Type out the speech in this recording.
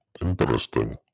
Interesting